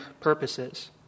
purposes